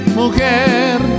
mujer